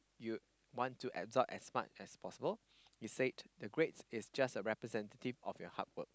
you want to absorb as much as possible you said the grade is just a representative of your hard work